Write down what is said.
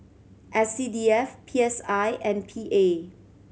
S C D F P S I and P A